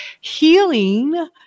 healing